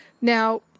Now